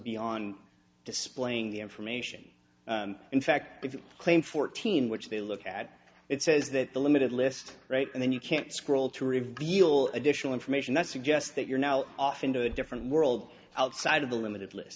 beyond displaying the information in fact if you claim fourteen which they look at it says that the limited list right and then you can't scroll to reveal additional information that suggests that you're now off into a different world outside of the limited list